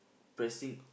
pressing